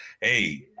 Hey